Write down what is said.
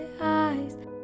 eyes